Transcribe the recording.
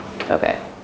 Okay